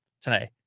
tonight